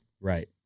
Right